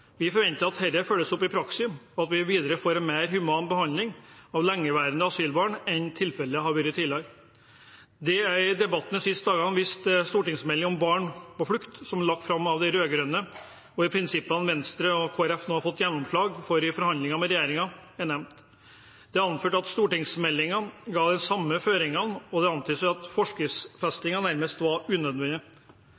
Vi forventer at dette følges opp i praksis, og at vi i det videre får en mer human behandling av lengeværende asylbarn enn tilfellet har vært tidligere. Det er i debatten de siste dager vist til stortingsmeldingen Barn på flukt, som ble lagt fram av de rød-grønne, hvor prinsippene som Venstre og Kristelig Folkeparti nå har fått gjennomslag for i forhandlingene med regjeringen, er nevnt. Det er anført at stortingsmeldingen ga de samme føringene, og det antydes at